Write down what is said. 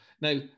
Now